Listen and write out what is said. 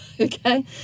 okay